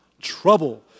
trouble